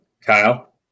kyle